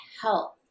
health